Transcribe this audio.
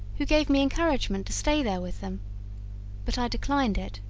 who gave me encouragement to stay there with them but i declined it